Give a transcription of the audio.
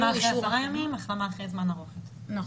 נכון.